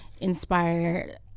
inspired